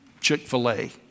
Chick-fil-A